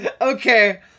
Okay